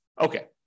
okay